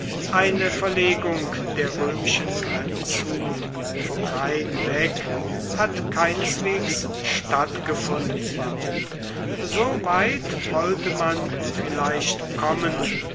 eine verlegung der römischen grenzhut vom rhein weg hat keineswegs stattgefunden so weit wollte man vielleicht kommen